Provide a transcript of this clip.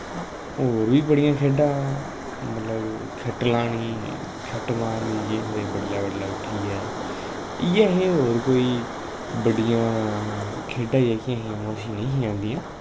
और बी बड़ियां खेढां मतलव खेट्ट लानी खेट्ट मारनी केह् आखदे बडलै बडलै उट्ठिये इ'यै हे होर कोई बड्डियां खेढां जेह्कियां नेहियां आंदियां